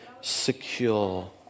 secure